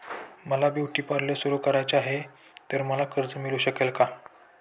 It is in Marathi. मला ब्युटी पार्लर सुरू करायचे आहे तर मला कर्ज मिळू शकेल का?